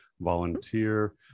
volunteer